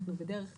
אנחנו בדרך כלל,